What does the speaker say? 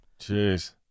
Jeez